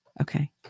Okay